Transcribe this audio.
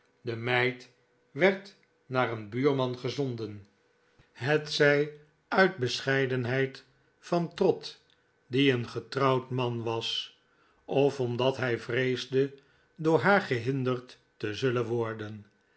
de meid werd naar een buurman gezonden hetzij uit jozbf grimaldi bescheidenheid van trott die een getrouwd man was of omdat hij vreesde door haar gehinderd te zullen worden